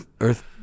earth